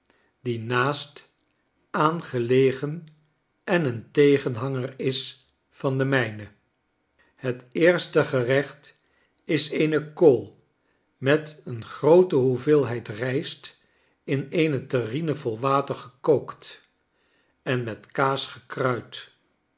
die naast aan gelegen en een tegenhanger is van de mijne het eerste gerecht is eene kool met een groote hoeveelheid rijst in eene terrine vol water gekookt en met kaas gekruid